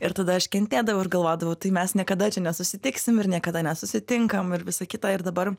ir tada aš kentėdavau ir galvodavau tai mes niekada nesusitiksim ir niekada nesusitinkam ir visą kitą ir dabar